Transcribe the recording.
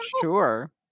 sure